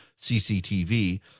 CCTV